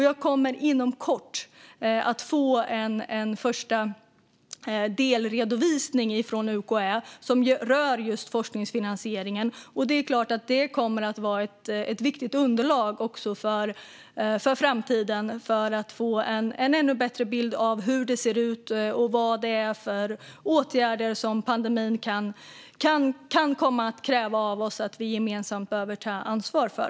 Jag kommer inom kort att få en första delredovisning från UKÄ som rör just forskningsfinansieringen. Det är klart att det kommer att vara ett viktigt underlag också för framtiden för att få en ännu bättre bild av hur det ser ut och vad det är för åtgärder som pandemin kan komma att kräva att vi gemensamt tar ansvar för.